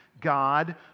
God